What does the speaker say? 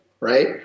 right